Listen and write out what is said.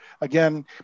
again